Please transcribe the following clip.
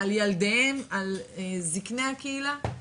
על ילדיהם, על זקני הקהילה,